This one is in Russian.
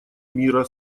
мира